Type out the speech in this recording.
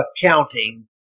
accounting